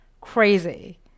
crazy